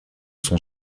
sont